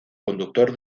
conductor